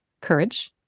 courage